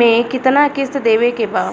में कितना किस्त देवे के बा?